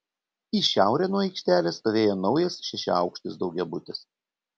į šiaurę nuo aikštelės stovėjo naujas šešiaaukštis daugiabutis